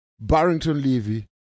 Barrington-Levy